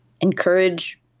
encourage